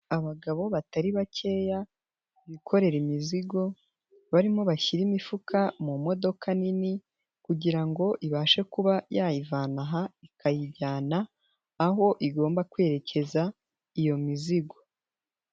Abagabo batari bakeya, bikorera imizigo, barimo bashyira imifuka mu modoka nini kugira ngo ibashe kuba yayivana aha ikayijyana aho igomba kwerekeza iyo mizigo.